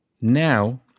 now